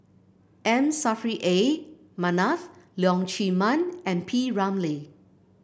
M Saffri A Manaf Leong Chee Mun and P Ramlee